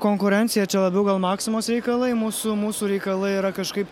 konkurencija čia labiau gal maksimos reikalai mūsų mūsų reikalai yra kažkaip